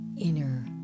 inner